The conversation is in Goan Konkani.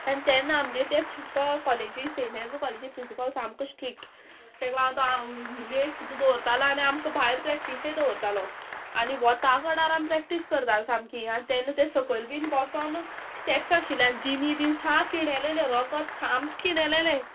आनी तेन्ना आमगे तें तो कॉलेजी सेनेर कॉलेजी प्रिंसिपल सामको स्ट्रीक्ट ताका लागून हांव तो रेग सुद्दां दवरतालो आनी आमकां भायर प्रॅक्टीसय दवरतालो आनी वोता कडार आमी प्रॅक्टीस करताले सामकी आनी तेन्ना तें सकयल बीन बोसोन स्टेप्स आशिल्ले आनी दिमी बीन सा किणेलेलें रोकोत सामकें केणेलेलें